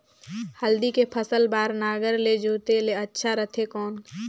हल्दी के फसल बार नागर ले जोते ले अच्छा रथे कौन?